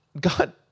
God